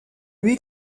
lui